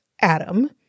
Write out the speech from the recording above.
Adam